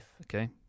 Okay